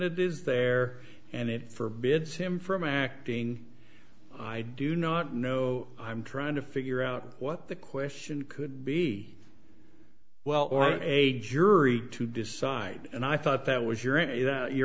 president is there and it forbids him from acting i do not know i'm trying to figure out what the question could be well or a jury to decide and i thought that was your and you